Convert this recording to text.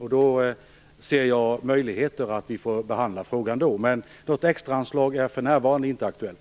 Jag ser därför möjligheter att då behandla frågan. Något extraanslag är emellertid för närvarande inte aktuellt.